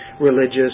religious